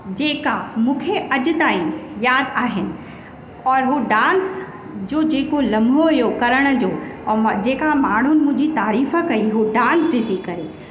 जेका मूंखे अॼु ताईं यादि आहिनि और हू डांस जो जेको लम्हो हुओ करण जो और मां जेका माण्हुनि मुंहिंजी तारीफ़ु कई हू डांस ॾिसी करे